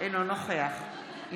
אינו נוכח אני